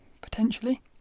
potentially